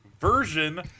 version